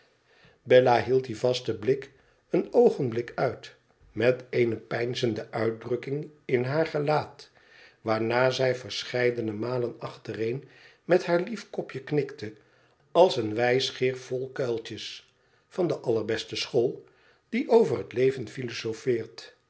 bella hield dien vasten blik een oogenblik uit met eene peinzende uitdrukking in haar gelaat waarna zij verscheiden malen achtereen met haar lief kopje knikte als een wijsgeer vol kuiltjes van de allerbeste school die o ver het leven